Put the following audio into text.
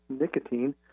nicotine